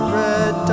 red